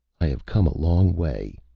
i have come a long way.